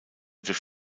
durch